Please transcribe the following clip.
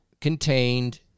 contained